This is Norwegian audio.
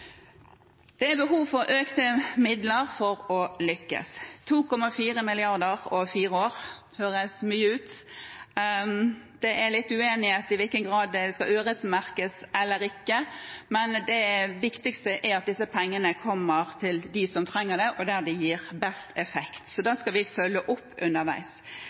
Det er behov for økte midler for å lykkes. 2,4 mrd. kr over fire år høres mye ut. Det er litt uenighet om i hvilken grad pengene skal øremerkes eller ikke, men det viktigste er at disse pengene kommer til dem som trenger det, og der de gir best effekt. Dette skal vi følge opp underveis.